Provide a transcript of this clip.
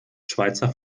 schweizer